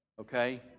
okay